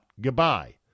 goodbye